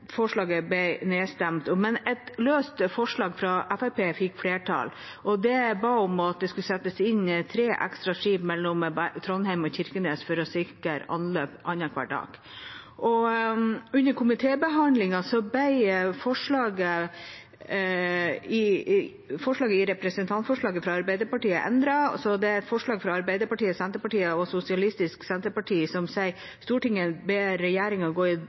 forslaget ble nedstemt, men et løst forslag fra Fremskrittspartiet fikk flertall. Der ba man om at det skulle settes inn tre ekstra skip mellom Trondheim og Kirkenes for å sikre anløp annenhver dag. Under komitébehandlingen ble representantforslaget fra Arbeiderpartiet endret, så det er nå et forslag fra Arbeiderpartiet, Senterpartiet og Sosialistisk Venstreparti, som sier: «Stortinget ber regjeringen gå i